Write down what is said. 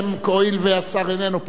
הואיל והשר איננו פה, אתן לכם.